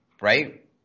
right